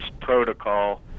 protocol